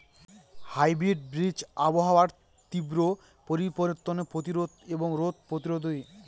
hybrid বীজ আবহাওয়ার তীব্র পরিবর্তন প্রতিরোধী এবং রোগ প্রতিরোধী